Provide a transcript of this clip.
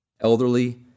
elderly